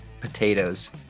potatoes